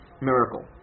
miracle